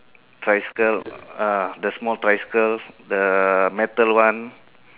tricycle uh the small tricycle the metal one